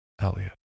Elliot